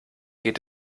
geht